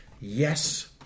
Yes